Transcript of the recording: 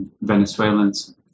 Venezuelans